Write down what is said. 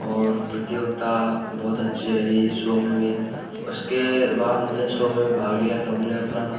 और प्रतियोगिता बहुत अच्छी रही शो में भी उसके बाद हमने शो में भी भाग लिया तो हमने अपना